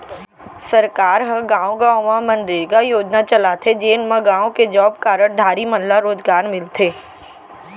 सरकार ह गाँव गाँव म मनरेगा योजना चलाथे जेन म गाँव के जॉब कारड धारी मन ल रोजगार मिलथे